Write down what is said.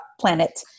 planet